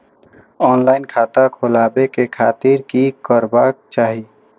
Online खाता खोलाबे के खातिर कि करबाक चाही?